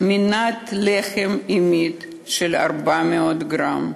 מנת לחם יומית של 400 גרם,